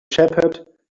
shepherd